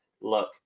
look